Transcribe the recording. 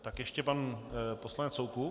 Tak ještě pan poslanec Soukup.